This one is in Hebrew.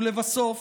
לבסוף,